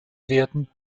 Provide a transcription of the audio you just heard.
werden